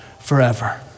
forever